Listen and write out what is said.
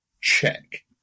check